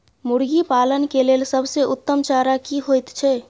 मुर्गी पालन के लेल सबसे उत्तम चारा की होयत छै?